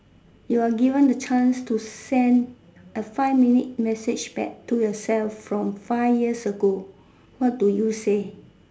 you are given the chance to send a five minute message back to yourself from five years ago what do you say